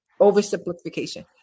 oversimplification